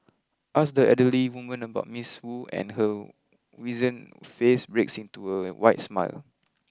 ask the elderly woman about Miss Wu and her wizened face breaks into a wide smile